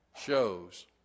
shows